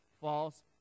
false